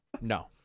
no